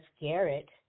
Garrett